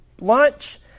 lunch